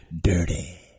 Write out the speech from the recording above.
Dirty